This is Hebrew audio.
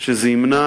שזה ימנע